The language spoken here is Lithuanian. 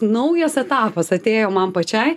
naujas etapas atėjo man pačiai